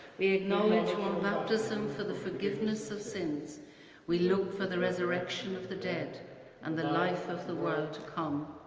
we acknowledge one baptism for the forgiveness of sins we look for the resurrection of the dead and the life of the world to come.